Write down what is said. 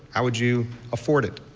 ah would you afford it?